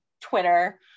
Twitter